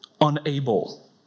unable